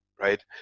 right